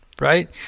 Right